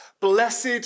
Blessed